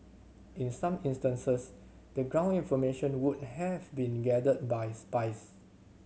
in some instances the ground information would have been gathered by spies